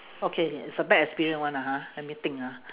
okay it's a bad experience one lah ha let me think ah